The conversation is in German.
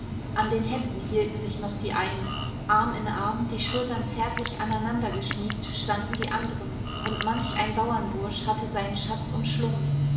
an den händen hielten sich noch die einen arm in arm die schultern zärtlich aneinandergeschmiegt standen die anderen und manch ein bauernbursch hatte seinen schatz umschlungen